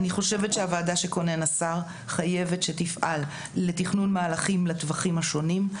אני חושבת שהוועדה שכונן השר חייבת שתפעל לתכנון מהלכים לטווחים השונים.